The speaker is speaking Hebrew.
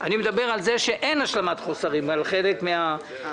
אני מדבר על כך שאין השלמת חוסרים ועל חלק מההעברות.